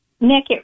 Nick